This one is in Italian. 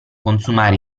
consumare